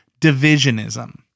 divisionism